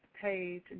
page